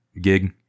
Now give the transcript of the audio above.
gig